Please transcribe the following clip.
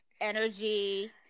energy